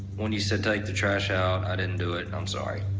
when you said, take the trash out, i didn't do it. i'm sorry.